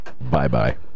Bye-bye